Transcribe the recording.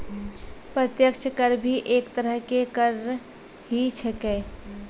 प्रत्यक्ष कर भी एक तरह के कर ही छेकै